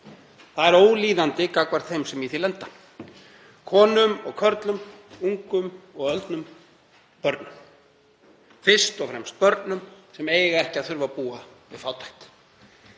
Það er ólíðandi gagnvart þeim sem í því lenda, konum og körlum, ungum og öldnum, börnum, fyrst og fremst börnum, sem eiga ekki að þurfa að búa við fátækt.